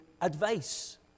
advice